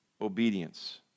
obedience